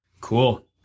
cool